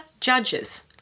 judges